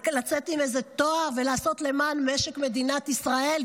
לצאת עם איזה תואר ולעשות למען משק מדינת ישראל,